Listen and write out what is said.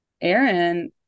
Aaron